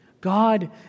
God